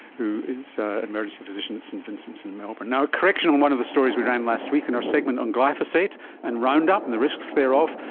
who is emergency physician at st vincent's in melbourne. now a correction on one of the stories we ran last week on and our segment on glyphosate and roundup and the risks thereof,